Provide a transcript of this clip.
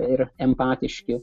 ir empatiški